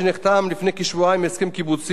לשביעות רצונם של הצדדים.